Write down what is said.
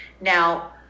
Now